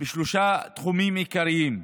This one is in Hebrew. בשלושה תחומים עיקריים: